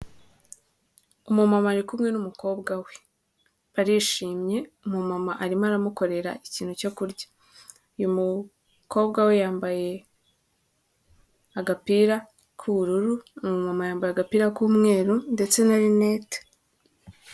Umumama ari kumwe n'umukobwa we; barishimye umumama arimo aramukorera ikintu cyo kurya. Uyu mukobwa we yambaye agapira k'ubururu, umumama yambaye agapira k'umweru ndetse na rinete.